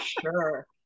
sure